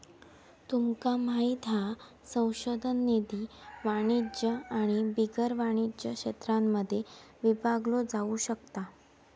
तुमका माहित हा संशोधन निधी वाणिज्य आणि बिगर वाणिज्य क्षेत्रांमध्ये विभागलो जाउ शकता